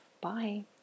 Bye